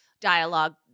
dialogue